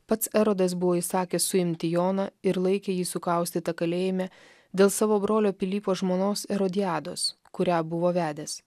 pats erodas buvo įsakęs suimti joną ir laikė jį sukaustytą kalėjime dėl savo brolio pilypo žmonos erodiados kurią buvo vedęs